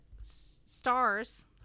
Stars